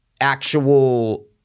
actual